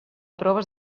proves